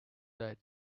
that